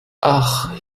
ach